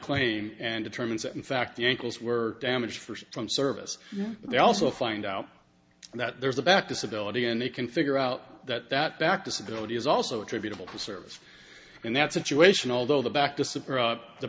claim and determines that in fact the ankles were damaged from service they also find out that there is a back disability and they can figure out that that back disability is also attributable to service in that situation although the